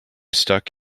stuck